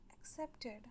accepted